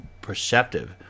perceptive